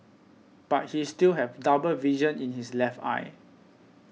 but he still have double vision in his left eye